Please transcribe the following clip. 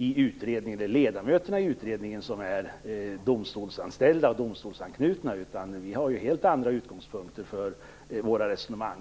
eller ledamöterna i utredningen som är domstolsanställda eller domstolsanknutna. Vi har helt andra utgångspunkter för våra resonemang.